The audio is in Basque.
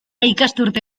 ikasturte